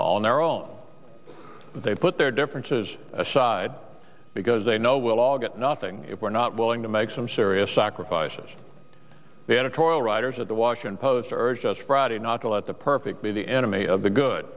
on their own they put their differences aside because they know we'll all get nothing if we're not willing to make some serious sacrifices the editorial writers at the washington post urged us friday not to let the perfect be the enemy of the good